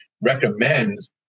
recommends